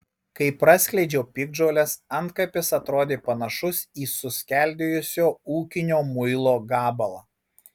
kai praskleidžiau piktžoles antkapis atrodė panašus į suskeldėjusio ūkinio muilo gabalą